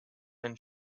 and